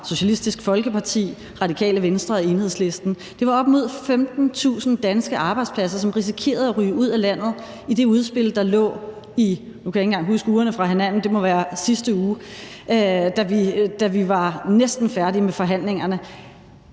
Socialistisk Folkeparti, Radikale Venstre og Enhedslisten. Det var op mod 15.000 danske arbejdspladser, som risikerede at ryge ud af landet med det udspil, der lå i sidste uge, må det være, da vi var næsten færdige med forhandlingerne.